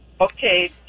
Okay